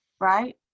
right